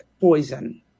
poison